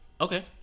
Okay